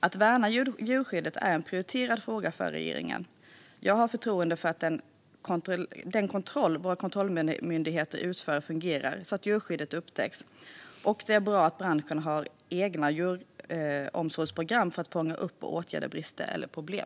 Att värna djurskyddet är en prioriterad fråga för regeringen. Jag har förtroende för att den kontroll som våra kontrollmyndigheter utför fungerar så att djurskyddsproblem upptäcks. Det är bra att branschen har egna djuromsorgsprogram för att fånga upp och åtgärda brister eller problem.